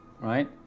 Right